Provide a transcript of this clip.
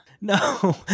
No